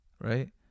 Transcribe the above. right